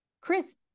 Chris